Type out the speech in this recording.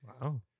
Wow